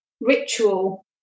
ritual